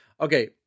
Okay